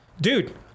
Dude